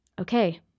okay